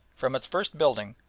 from its first building,